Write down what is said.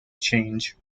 change